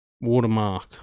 watermark